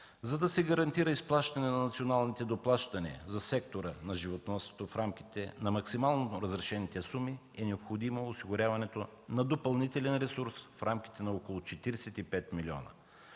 За да се гарантира изплащане на националните доплащания за сектора на животновъдството в рамките на максимално разрешените суми е необходимо усвояването на допълнителен ресурс в рамките на около 45 млн.